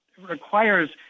requires